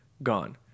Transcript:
Gone